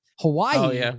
Hawaii